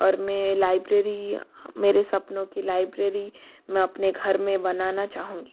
और मैं लाइब्रेरी मेरे सपनों की लाइब्रेरी मैं अपने घर में बनाना चाहूँगी